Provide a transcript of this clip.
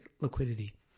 liquidity